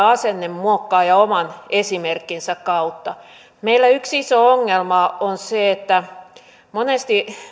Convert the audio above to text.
asennemuokkaajia oman esimerkkinsä kautta meillä yksi iso ongelma on se että monesti